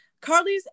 Carly's